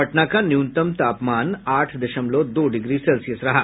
पटना का न्यूनतम तापमान आठ दशमलव दो डिग्री सेल्सियस रहा